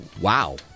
wow